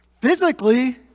Physically